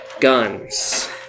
Guns